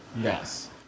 Yes